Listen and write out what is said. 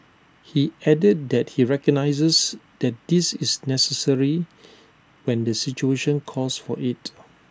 he added that he recognises that this is necessary when the situation calls for IT